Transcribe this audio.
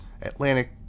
Atlantic